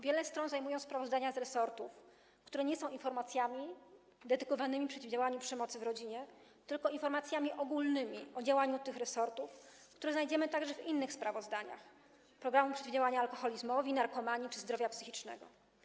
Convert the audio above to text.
Wiele stron zajmują sprawozdania z resortów, które nie są informacjami dedykowanymi przeciwdziałaniu przemocy w rodzinie, tylko są informacjami ogólnymi o działaniu tych resortów, które znajdziemy także w sprawozdaniach innych programów dotyczących przeciwdziałania alkoholizmowi, narkomanii czy dotyczących zdrowia psychicznego.